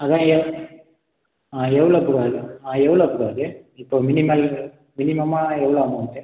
அதுதான் எவ் ஆ எவ்வளோ ப்ரோ அது ஆ எவ்வளோ ப்ரோ அது இப்போ மினிமல் மினிமமா எவ்வளோ அமௌண்ட்டு